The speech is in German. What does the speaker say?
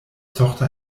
tochter